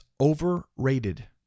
overrated